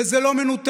וזה לא מנותק,